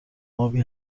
ابی